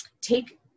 take